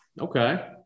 Okay